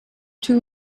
two